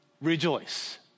rejoice